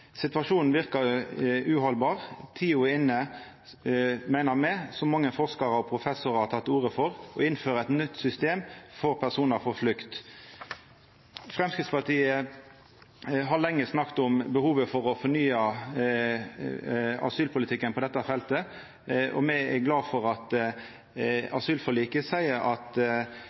Situasjonen verkar uhaldbar. Tida er inne for, meiner me, som mange forskarar og professorar har teke til orde for, å innføra eit nytt system for personar på flukt. Framstegspartiet har lenge snakka om behovet for å fornya asylpolitikken på dette feltet, og me er glade for at asylforliket seier at